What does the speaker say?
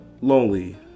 lonely